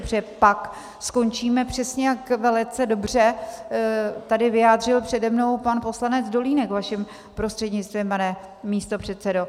Protože pak skončíme přesně, jak velice dobře tady vyjádřil přede mnou pan poslanec Dolínek vaším prostřednictvím, pane místopředsedo.